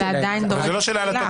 זאת לא שאלה על התוקף.